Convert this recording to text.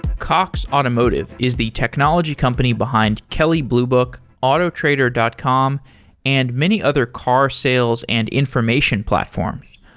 cox automotive is the technology company behind kelly blue book, autotrader dot com and many other car sales and information platforms.